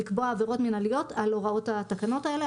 לקבוע עבירות מנהליות על הוראות התקנות האלה,